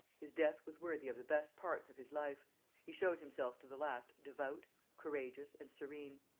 his death was worthy of the best parts of his life he showed himself to the last devout, courageous, and serene.